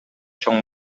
чоң